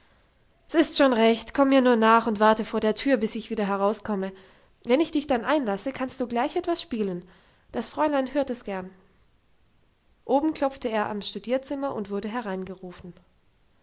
s ist schon recht komm mir nur nach und warte vor der tür bis ich wieder herauskomme wenn ich dich dann einlasse kannst du gleich etwas spielen das fräulein hört es gern oben klopfte er am studierzimmer und wurde